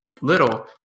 little